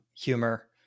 humor